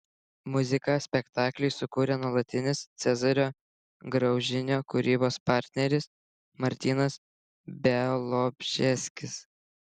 muziką spektakliui sukūrė nuolatinis cezario graužinio kūrybos partneris martynas bialobžeskis